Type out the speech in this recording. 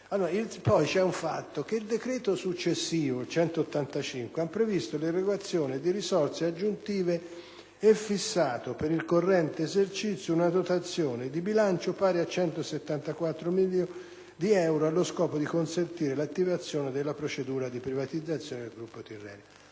Inoltre, il successivo decreto-legge n. 185 del 2008 ha previsto l'erogazione di risorse aggiuntive e fissato per il corrente esercizio una dotazione di bilancio pari a 174 milioni di euro allo scopo di consentire l'attivazione della procedura di privatizzazione del gruppo Tirrenia.